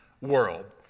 world